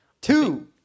Two